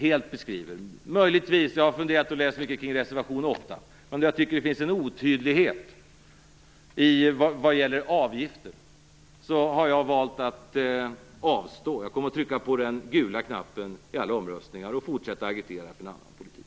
Jag har läst reservation 8 ordentligt, men jag tycker att det även i den finns en otydlighet när det gäller avgifter. Jag kommer därför att avstå från att rösta och trycka på den gula knappen i alla omröstningar och fortsätta att agitera för en annan politik.